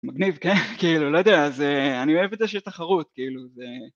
מגניב, כן? כאילו, לא יודע, אז... אני אוהב את זה שיש תחרות, כאילו, זה...